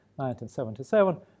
1977